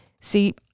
see